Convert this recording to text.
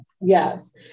Yes